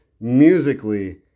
musically